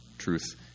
Truth